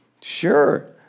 Sure